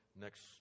Next